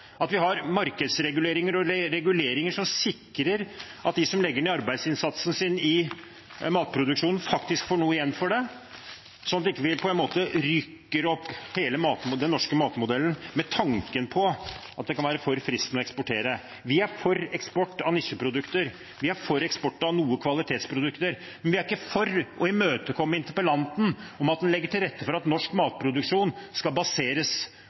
at vi har markedsreguleringer og reguleringer som sikrer at de som legger ned arbeidsinnsatsen sin i matproduksjonen, faktisk får noe igjen for det, slik at vi ikke rykker opp hele den matmodellen ved tanken på at det kan være for fristende å eksportere. Vi er for eksport av nisjeprodukter, vi er for noe eksport av kvalitetsprodukter. Men vi er ikke for å imøtekomme interpellanten om å legge til rette for at norsk matproduksjon skal baseres